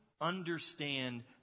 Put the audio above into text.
understand